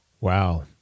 wow